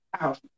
Out